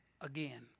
again